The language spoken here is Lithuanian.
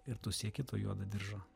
ir tu sieki to juodo diržo